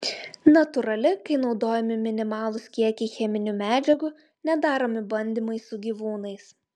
natūrali kai naudojami minimalūs kiekiai cheminių medžiagų nedaromi bandymai su gyvūnais